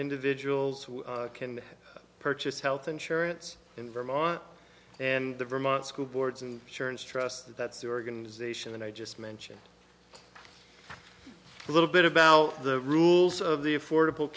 individuals who can purchase health insurance in vermont and the vermont school boards and churns trust that's the organization and i just mention a little bit about the rules of the affordable